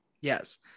Yes